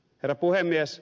herra puhemies